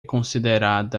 considerada